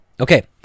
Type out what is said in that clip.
Okay